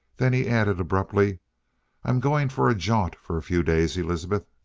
then he added abruptly i'm going for a jaunt for a few days, elizabeth.